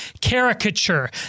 caricature